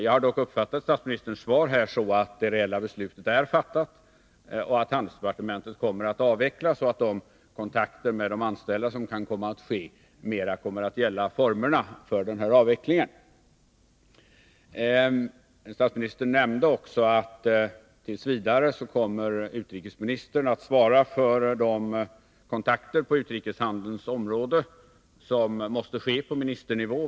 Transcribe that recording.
Jag har dock uppfattat statsministerns svar här så att det reella beslutet är fattat, att handelsdepartementet kommer att avvecklas och att de kontakter med de anställda som kan komma att ske mera skall gälla formerna för denna avveckling. Statsministern nämnde också att utrikesministern t. v. kommer att svara för de kontakter på utrikeshandelns område som måste ske på ministernivå.